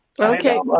Okay